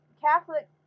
Catholic